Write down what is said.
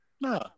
No